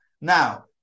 Now